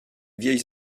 vieilles